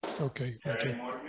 Okay